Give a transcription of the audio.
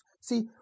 See